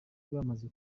bamaze